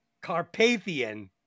Carpathian